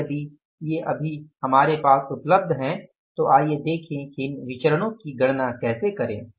अब यदि ये अभी हमारे पास उपलब्ध है तो आइए देखें कि इन विचरणो की गणना कैसे करें